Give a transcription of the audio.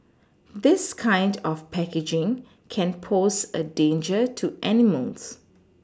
this kind of packaging can pose a danger to animals